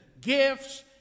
gifts